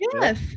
Yes